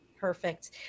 Perfect